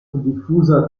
diffusa